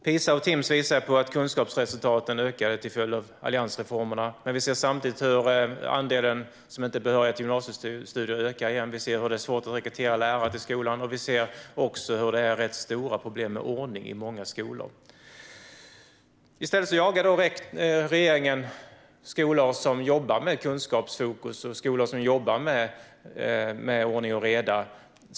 PISA och Timss visar att kunskapsresultaten ökade till följd av alliansreformerna. Samtidigt ser vi att andelen som inte är behörig till gymnasiestudier ökar igen. Det är svårt att rekrytera lärare och det finns rätt stora problem med ordning i många skolor. I stället jagar regeringen skolor som jobbar med kunskapsfokus och med ordning och reda.